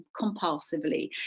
compulsively